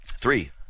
Three